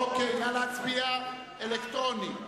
אוקיי, נא להצביע אלקטרונית.